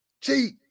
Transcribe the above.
Cheat